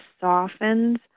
softens